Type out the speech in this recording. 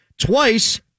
Twice